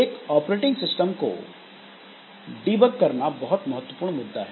एक operating system को debug करना भी एक महत्वपूर्ण मुद्दा है